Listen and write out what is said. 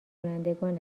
کنندگان